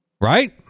Right